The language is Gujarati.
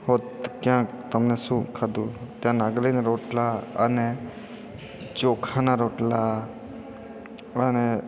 હોત ક્યાંક તમને શું ખાધું ત્યાં નાગલીના રોટલા અને ચોખાના રોટલા અને